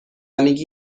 میگی